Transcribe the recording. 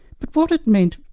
but what it meant,